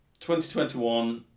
2021